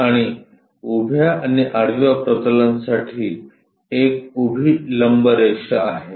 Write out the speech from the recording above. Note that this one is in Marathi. आणि उभ्या आणि आडव्या प्रतलांसाठी एक उभी लंबरेषा आहे